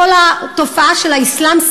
כל התופעה של האסלאם,